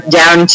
down